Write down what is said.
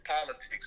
politics